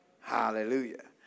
Hallelujah